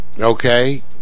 Okay